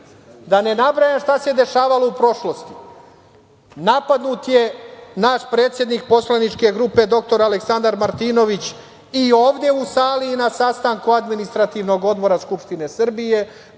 ne nabrajam šta se dešavalo u prošlosti. Napadnut je naš predsednik poslaničke grupe dr Aleksandar Martinović i ovde u sali i na sastanku Administrativnog odbora Skupštine Srbije.